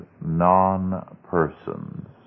non-persons